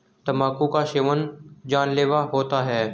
तंबाकू का सेवन जानलेवा होता है